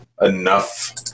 enough